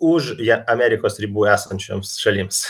už ja amerikos ribų esančioms šalims